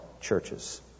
churches